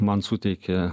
man suteikė